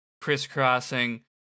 Crisscrossing